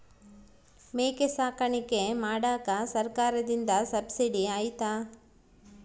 ಮೇಕೆ ಸಾಕಾಣಿಕೆ ಮಾಡಾಕ ಸರ್ಕಾರದಿಂದ ಸಬ್ಸಿಡಿ ಐತಾ?